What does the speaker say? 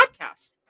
podcast